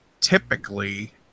typically